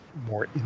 more